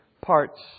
parts